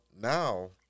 Now